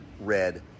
red